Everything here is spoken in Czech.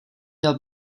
měl